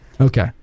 Okay